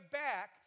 back